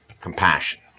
compassion